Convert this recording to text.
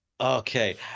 Okay